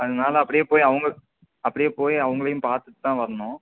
அதனால அப்படியே போய் அவங்கள அப்படியே போய் அவங்களையும் பார்த்துட்டுதான் வரணும்